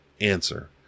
Answer